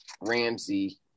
Ramsey